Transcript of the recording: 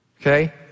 Okay